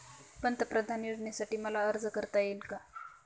पंतप्रधान योजनेसाठी मला अर्ज करता येईल का?